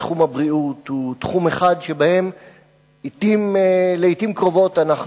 ותחום הבריאות הוא תחום שבו לעתים קרובות אנחנו